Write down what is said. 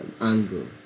angle